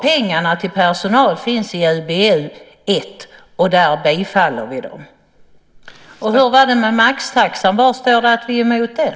Pengarna till personal finns i UbU1, och där tillstyrker vi dem. Och hur var det med maxtaxan? Var står det att vi är emot den?